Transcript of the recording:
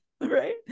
right